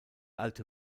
alte